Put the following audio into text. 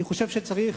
אני חושב שצריך